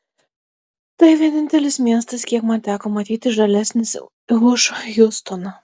tai vienintelis miestas kiek man teko matyti žalesnis už hjustoną